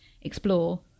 explore